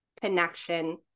connection